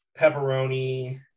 pepperoni